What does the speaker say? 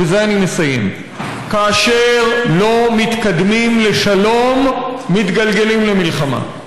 ובזה אני מסיים: כאשר לא מתקדמים לשלום מתגלגלים למלחמה.